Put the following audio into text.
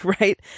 right